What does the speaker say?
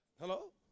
Hello